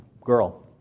Girl